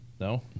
No